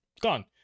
Gone